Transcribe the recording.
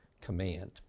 command